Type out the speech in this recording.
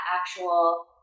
actual